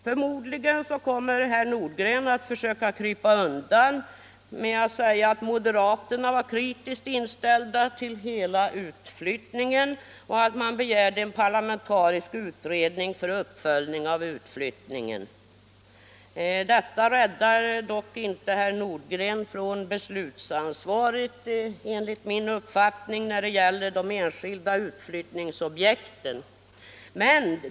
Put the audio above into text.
Förmodligen kommer herr Nordgren att försöka krypa undan genom att säga att moderaterna var kritiskt inställda till hela utflyttningen och att man begärde en parlamentarisk utredning för uppföljning av utflyttningen. Detta räddar enligt min uppfattning dock inte herr Nordgren från beslutsansvaret när det gäller de enskilda utflyttningsobjekten.